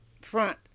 front